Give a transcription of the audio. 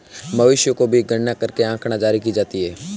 मवेशियों की भी गणना करके आँकड़ा जारी की जाती है